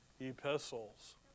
epistles